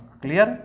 clear